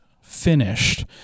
finished